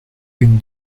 une